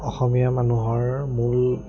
অসমীয়া মানুহৰ মূল